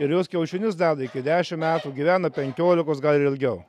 ir jos kiaušinius deda iki dešimt metų gyvena penkiolikos gal ir ilgiau